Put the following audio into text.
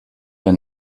der